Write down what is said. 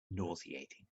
nauseating